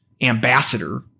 ambassador